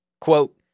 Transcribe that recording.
Quote